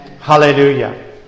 Hallelujah